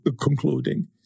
concluding